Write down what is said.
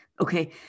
okay